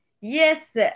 Yes